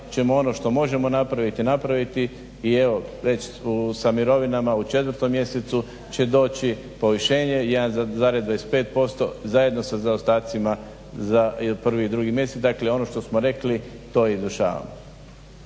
ćemo ono što možemo napraviti napraviti i evo već sa mirovina u 4. mjesecu će doći povišenje 1,25% zajedno sa zaostatcima za 1. i 2. mjesec. Dakle, ono što smo rekli to i izvršavamo.